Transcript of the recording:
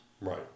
Right